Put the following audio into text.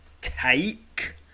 take